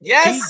Yes